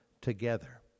together